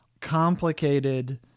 complicated